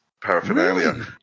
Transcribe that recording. paraphernalia